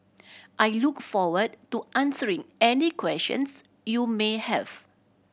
I look forward to answering any questions you may have